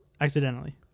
accidentally